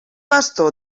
bastó